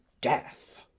death